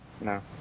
No